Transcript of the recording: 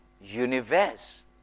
universe